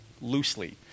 loosely